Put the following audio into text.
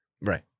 right